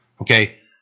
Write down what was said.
Okay